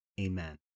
Amen